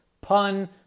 pun